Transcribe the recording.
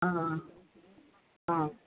ஆ ஆ ஆ